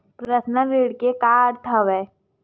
Personal ऋण के का अर्थ हवय?